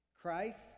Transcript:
Christ